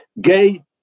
gay